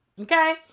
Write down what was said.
Okay